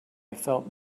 felt